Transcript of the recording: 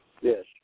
Yes